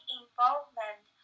involvement